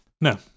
No